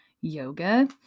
yoga